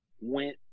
went